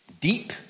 deep